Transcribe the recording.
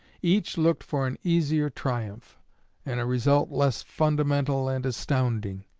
each looked for an easier triumph and a result less fundamental and astounding.